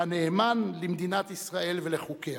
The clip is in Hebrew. ונאמן למדינת ישראל ולחוקיה.